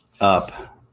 up